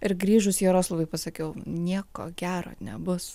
ir grįžus jaroslavui pasakiau nieko gero nebus